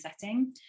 setting